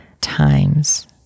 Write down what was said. times